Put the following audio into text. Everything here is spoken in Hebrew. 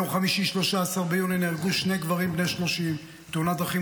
ביום חמישי 13 ביוני נהרגו שני גברים בני 30 בתאונת דרכים